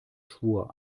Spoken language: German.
schwur